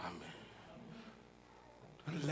Amen